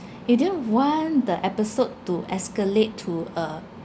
you didn't want the episode to escalate to a